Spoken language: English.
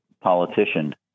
politician